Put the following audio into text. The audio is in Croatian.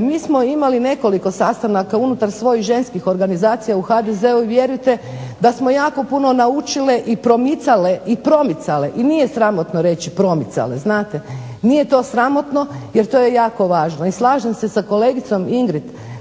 mi smo imali nekoliko sastanaka unutar svojih ženskih organizacija u HDZ-u i vjerujte da smo jako puno naučile i promicale i nije sramotno reći promicale, nije to sramotno nego je to jako važno. I slažem se sa kolegicom Ingrid